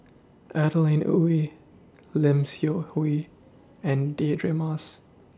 Adeline Ooi Lim Seok Hui and Deirdre Moss